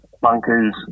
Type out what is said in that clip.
bunkers